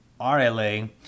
rla